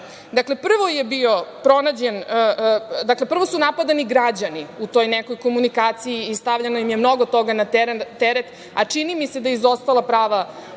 Dakle, prvo su napadani građani u toj nekoj komunikaciji i stavljano im je mnogo toga na teret, a čini mi se da je izostala prava